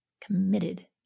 committed